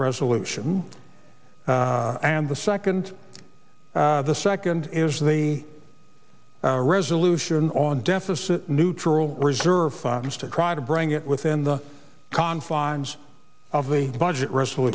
resolution and the second the second is the resolution on deficit neutral reserve funds to try to bring it within the confines of the budget res